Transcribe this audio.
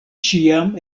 ĉiam